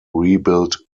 rebuilt